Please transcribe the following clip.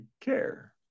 care